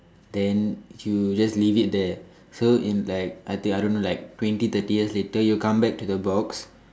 then you just leave it there so in like I think I don't know like twenty thirty years later you come back to the box